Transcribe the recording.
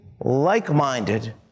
like-minded